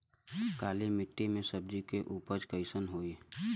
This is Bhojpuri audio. काली मिट्टी में सब्जी के उपज कइसन होई?